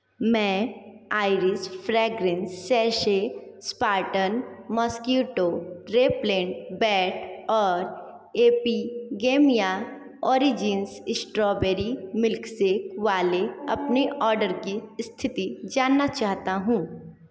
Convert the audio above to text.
मैं Iris fragrance sachet Spartan mosquito repellent bat और Epigamia origins strawberry milkshake वाले अपने ऑर्डर की स्थिति जानना चाहता हूँ